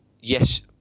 yes